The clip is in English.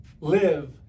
live